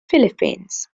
philippines